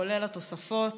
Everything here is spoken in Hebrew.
כולל התוספות